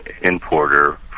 importer